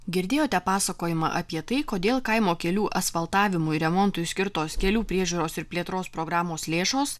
girdėjote pasakojimą apie tai kodėl kaimo kelių asfaltavimui remontui skirtos kelių priežiūros ir plėtros programos lėšos